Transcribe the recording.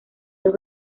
dos